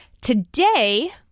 Today